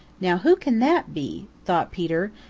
now who can that be? thought peter,